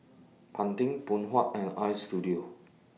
Pantene Phoon Huat and Istudio